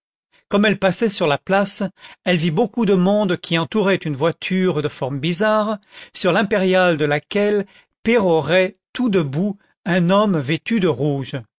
comme elle passait sur la place elle vit beaucoup de monde qui entourait une voiture de forme bizarre sur l'impériale de laquelle pérorait tout debout un homme vêtu de rouge